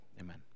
amen